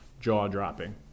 jaw-dropping